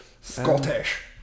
Scottish